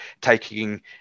taking